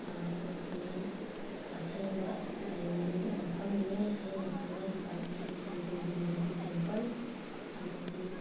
ꯑꯩꯈꯣꯏꯒꯤ ꯑꯁꯦꯡꯕ ꯂꯥꯏꯅꯤꯡ ꯃꯐꯝꯅꯤ ꯍꯥꯏꯅ ꯈꯪꯅꯔꯤꯕ ꯁꯤꯔꯤ ꯁꯤꯔꯤ ꯒꯣꯚꯤꯟꯗꯖꯤ ꯇꯦꯝꯄꯜ ꯑꯃꯗꯤ